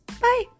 Bye